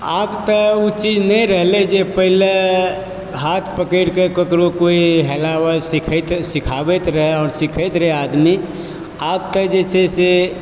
आबऽ तऽ ओ चीज नहि रहले जे पहिले हाथ पकड़ि कऽ ककरो कोई हेलाबऽ सिखाबैत रहे आओर सिखैत रहे आदमी आब तऽ जे छै से